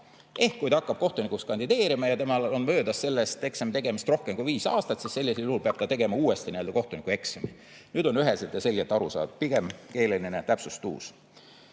Ehk kui ta hakkab kohtunikuks kandideerima ja tal on möödas sellest eksami tegemisest rohkem kui viis aastat, siis sellisel juhul peab tegema uuesti kohtunikueksami. Nüüd on üheselt ja selgelt aru saada. Pigem keeleline täpsustus.